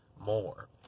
more